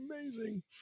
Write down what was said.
amazing